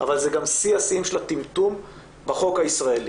אבל זה גם שיא השיאים של הטמטום בחוק הישראלי.